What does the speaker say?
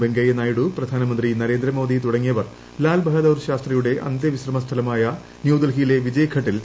വെങ്കയ്യനായിഡു പ്രധാനമന്ത്രി നരേന്ദ്രമോദി തുടങ്ങിയവർ ലാൽബഹാദൂർ ശാസ്ത്രിയുടെട് അന്ത്യവിശ്രമ സ്ഥലമായ ന്യൂഡൽഹിയിലെ വിജയ്ഘട്ടിൽ നടത്തി